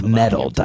metal